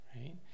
right